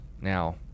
now